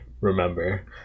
remember